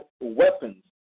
weapons